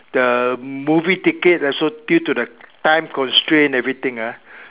the movie ticket also due to the time constraint everything ah